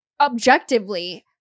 objectively